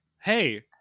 Hey